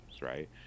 right